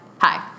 Hi